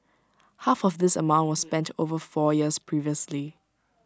half of this amount was spent over four years previously